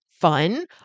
fun